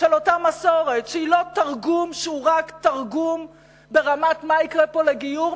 של אותה מסורת שהיא לא תרגום שהוא רק ברמת מה יקרה פה לגיור,